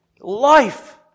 life